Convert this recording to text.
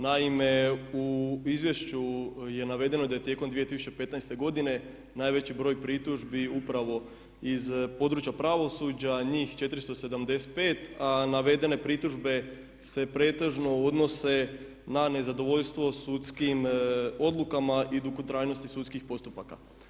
Naime, u izvješću je navedeno da je tijekom 2015. godine najveći broj pritužbi upravo iz područja pravosuđa, njih 475 a navedene pritužbe se pretežno odnose na nezadovoljstvo sudskim odlukama i dugotrajnosti sudskih postupaka.